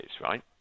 right